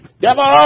Devil